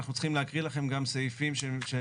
אנחנו צריכים להקריא לכם גם סעיפים שנובעים